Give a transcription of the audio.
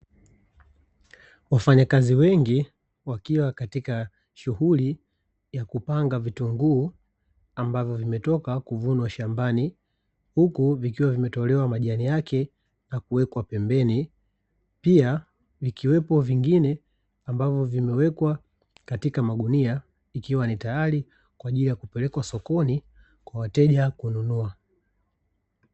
Wafanyakazi wengi wakiwa katika shughuli ya kupanga vitunguu ambavyo vimetoka kuvunwa shambani, huku vikiwa vimetolewa majani yake na kuwekwa pembeni, pia vikiwepo vingine ambavyo vimewkwa katika magunia ikiwa ni tayari kwa ajili ya kupeleka sokoni kwa wateja kununa.